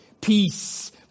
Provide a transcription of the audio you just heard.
peace